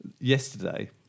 yesterday